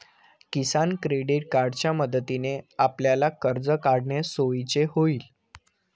किसान credit कार्डच्या मदतीने आपल्याला कर्ज काढणे सोयीचे होईल